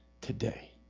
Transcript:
today